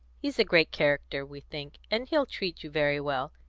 he's a great character, we think, and he'll treat you very well,